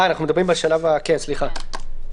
נכון, סליחה.